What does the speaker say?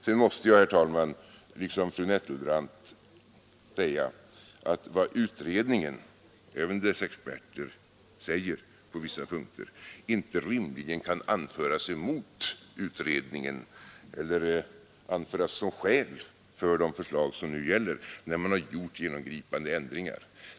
Sedan måste jag, herr talman, liksom fru Nettelbrandt säga, att vad utredningen — även dess experter — yttrar på vissa punkter inte rimligen kan anföras emot den eller andragas som skäl för de förslag som nu gäller, när man har gjort genomgripande ändringar.